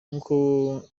nkuko